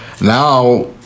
now